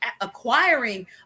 acquiring